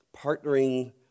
partnering